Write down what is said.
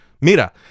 Mira